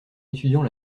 étudiant